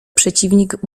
przeciwnik